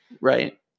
Right